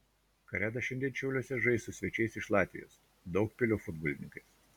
kareda šiandien šiauliuose žais su svečiais iš latvijos daugpilio futbolininkais